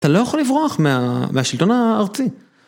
אתה לא יכול לברוח מהשלטון הארצי.